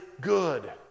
good